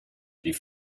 die